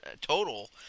total